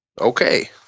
Okay